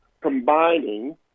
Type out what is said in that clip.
combining